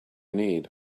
need